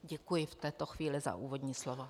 Děkuji v této chvíli za úvodní slovo.